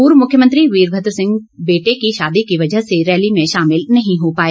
पूर्व मुख्यमंत्री वीरभद्र सिंह बेटे की शादी की वजह से रैली में शामिल नही हो पाए